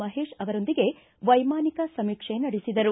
ಮಹೇಶ್ ಅವರೊಂದಿಗೆ ವ್ಯೆಮಾನಿಕ ಸಮೀಕ್ಷೆ ನಡೆಸಿದರು